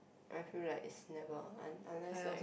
I feel like is never un~ unless like